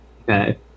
Okay